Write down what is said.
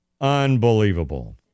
Unbelievable